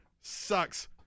Sucks